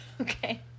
Okay